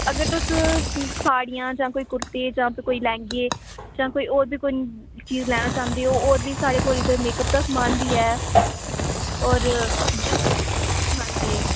अगर तुस साड़ियां जां कोई कुर्ती जां फिर कोई लैहंगे जां फिर होर बी कोई चीज लैना चाहंदे हो होर बी स्हाड़े कौल मेकअप दा समान बी ऐ और हांजी